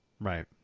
Right